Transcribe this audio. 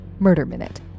MURDERMINUTE